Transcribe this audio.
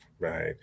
Right